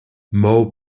moe